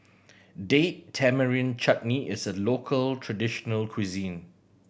Date Tamarind Chutney is a local traditional cuisine